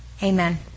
Amen